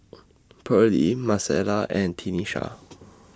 Pearley Marcella and Tenisha